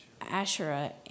Asherah